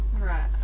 Right